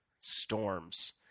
storms